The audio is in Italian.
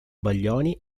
baglioni